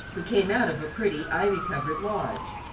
who came out of a pretty, ivy-covered lodge.